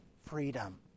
freedom